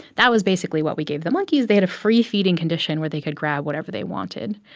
that was basically what we gave the monkeys. they had a free feeding condition where they could grab whatever they wanted.